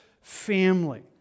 family